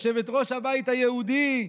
יושבת-ראש הבית היהודי,